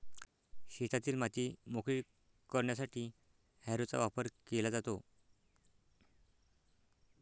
शेतातील माती मोकळी करण्यासाठी हॅरोचा वापर केला जातो